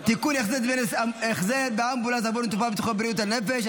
נסיעות באמבולנס עבור מטופל בתחום בריאות הנפש),